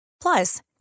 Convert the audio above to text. Plus